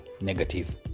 negative